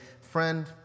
friend